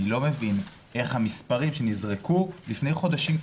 אני לא מבין איך המספרים שנזרקו לפני חודשים,